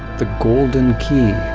the golden key.